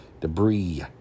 debris